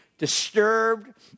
disturbed